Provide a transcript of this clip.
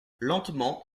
lentement